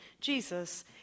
Jesus